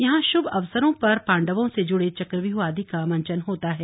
यहां शुभ अवसरों पर पांडवों से जुड़े चक्रव्यूह आदि का मंचन होता है